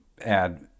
add